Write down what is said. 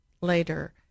later